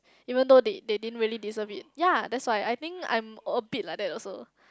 even though they they didn't really disturb it ya that's why I think I'm a bit like that also